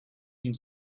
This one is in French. d’une